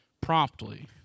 promptly